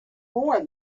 more